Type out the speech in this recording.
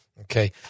Okay